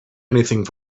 anything